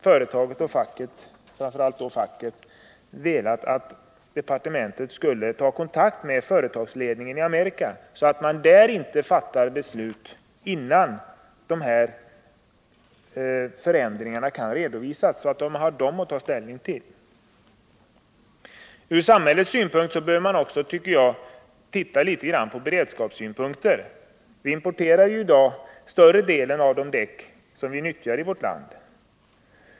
Företaget och facket, framför allt facket, har därför velat att departementet skulle ta kontakt med företagsledningen i Amerika, så att den inte fattar beslut innan förändringarna redovisas och man har dem att ta ställning till. Ur samhällets synpunkt är det också angeläget, tycker jag, att titta litet grand på beredskapssynpunkter. Vi importerar i dag större delen av de däck som vi nyttjar i vårt land.